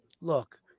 Look